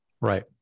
right